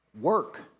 work